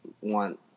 want